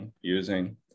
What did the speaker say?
using